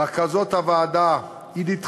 לרכזות הוועדה עידית חנוכה,